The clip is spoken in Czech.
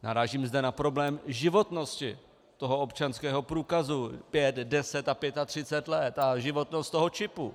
Narážím zde na problém životnosti toho občanského průkazu pět, deset a pětatřicet let a životnost toho čipu.